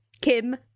Kim